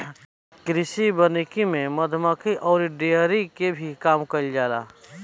कृषि वानिकी में मधुमक्खी अउरी डेयरी के भी काम कईल जाला